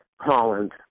Holland